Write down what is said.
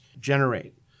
generate